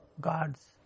God's